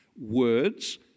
Words